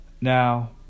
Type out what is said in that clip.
Now